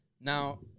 Now